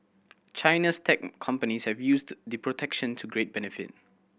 China's tech companies have used the protection to great benefit